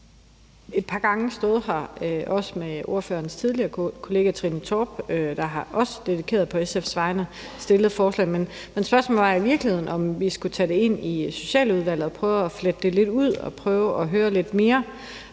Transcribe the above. stået her et par gange, hvor ordførerens tidligere kollega Trine Torp også dedikeret på SF's vegne har stillet forslag om det, men spørgsmålet var i virkeligheden, om vi skulle tage det med ind i Socialudvalget og prøve at folde det lidt ud og høre lidt mere